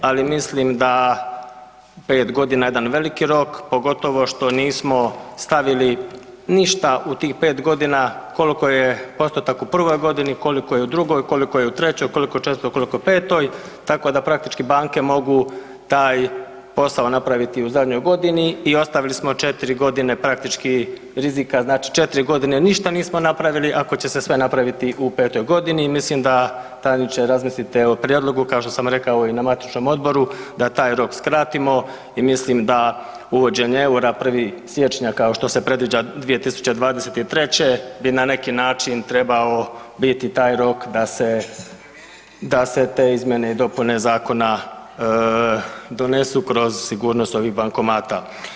Ali mislim da je pet godina jedan veliki rok, pogotovo što nismo stavili ništa u tih pet godina koliko je postotak u prvoj godini, koliko je u drugoj, koliko je u trećoj, koliko u četvrtoj, koliko petoj tako da praktički banke mogu taj posao napraviti u zadnjoj godini i ostavili smo četiri godine praktički rizika, znači četiri godine ništa nismo napravili ako će se sve napraviti u petoj godini i mislim da tajniče razmislite o prijedlogu kao što sam rekao i na matičnom odboru da taj rok skratimo i mislim da uvođenje eura 1. siječnja kao što se predviđa 2023. bi na neki način trebao biti taj rok da se te izmjene i dopune zakona donesu kroz sigurnost ovih bankomata.